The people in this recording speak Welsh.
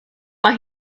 mae